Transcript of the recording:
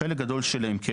חלק גדול כן,